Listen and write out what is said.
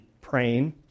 praying